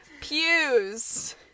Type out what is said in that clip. pews